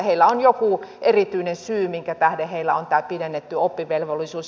heillä on joku erityinen syy minkä tähden heillä on tämä pidennetty oppivelvollisuus